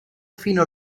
fino